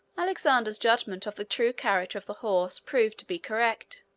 alexander's judgment of the true character of the horse proved to be correct.